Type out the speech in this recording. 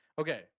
Okay